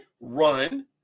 run